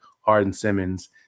Harden-Simmons